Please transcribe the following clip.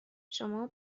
شما